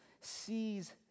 sees